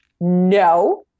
no